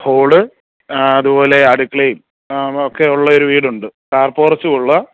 hall ആ അതുപോലെ അടുക്കളയും ഒക്കെ ഉള്ള ഒരു വീടുണ്ട് കാർ പോർച്ച് ഉള്ള